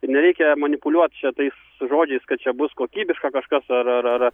nereikia manipuliuot čia tais žodžiais kad čia bus kokybiška kažkas ar ar ar